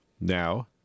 Now